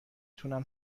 تونم